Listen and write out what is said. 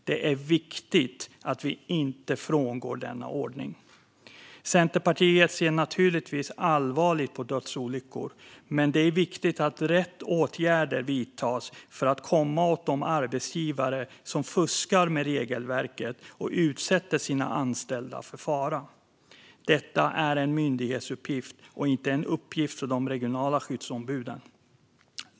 Det är viktigt att vi inte frångår denna ordning. Centerpartiet ser naturligtvis allvarligt på dödsolyckor, men det är viktigt att rätt åtgärder vidtas för att komma åt de arbetsgivare som fuskar med regelverket och utsätter sina anställda för fara. Detta är en myndighetsuppgift och inte en uppgift för de regionala skyddsombuden.